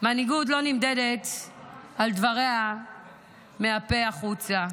מנהיגות לא נמדדת על דבריה מהפה החוצה.